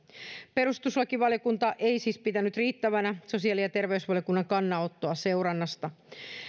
perustuslakivaliokunta ei siis pitänyt riittävänä sosiaali ja terveysvaliokunnan kannanottoa seurannasta